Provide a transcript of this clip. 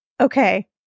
Okay